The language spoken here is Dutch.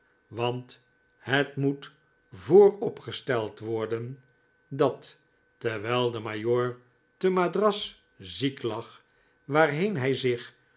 want het moet vooropgesteld worden dat terwijl de majoor te madras ziek lag waarheen hij zich